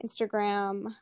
Instagram